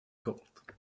colt